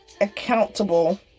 accountable